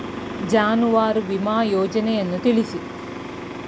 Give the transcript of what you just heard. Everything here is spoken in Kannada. ಜಾನುವಾರು ವಿಮಾ ಯೋಜನೆಯನ್ನು ತಿಳಿಸಿ?